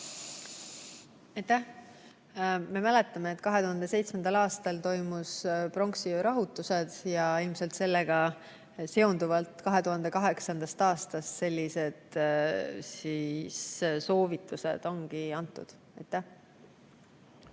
Me mäletame, et 2007. aastal toimusid pronksiöö rahutused ja ilmselt sellega seonduvalt 2008. aastast sellised soovitused ongi antud.